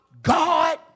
God